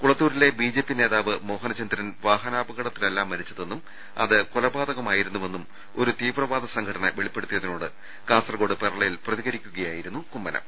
കുള ത്തൂരിലെ B J P നേതാവ് മോഹനചന്ദ്രൻ വാഹനാപകടത്തിലല്ല മരി ച്ചതെന്നും അത് കൊലപാതകമായിരുന്നുവെന്നും ഒരു തീവ്രവാദ സംഘ ടന വെളിപ്പെടുത്തിയതിനോട് കാസർകോട് പെർളയിൽ പ്രതികരിക്കുകയാ യിരുന്നു കുമ്മനം